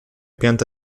pianta